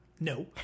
no